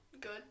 Good